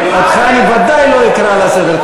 אותך אני ודאי לא אקרא לסדר.